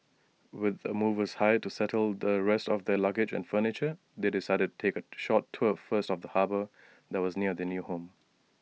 with the movers hired to settle the rest of their luggage and furniture they decided to take A short tour first of the harbour that was near their new home